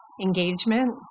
engagement